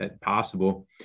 possible